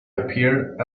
appeared